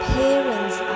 parents